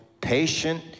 patient